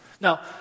now